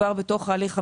כבר בתוך הליך המשרד,